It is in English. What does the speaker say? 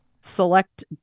select